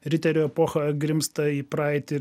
riterių epocha grimzta į praeitį